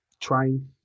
trying